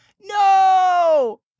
No